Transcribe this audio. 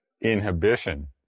inhibition